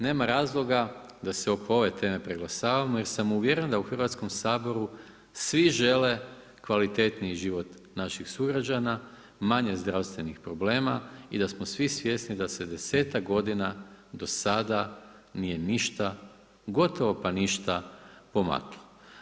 Nema razloga da se oko ove teme preglasamo jer sam uvjeren da u Hrvatskom saboru svi žele kvalitetniji život naših sugrađana, manje zdravstvenih problema i da smo svi svjesni da se desetak godina do sada nije ništa gotovo pa ništa, pomaklo.